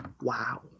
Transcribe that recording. Wow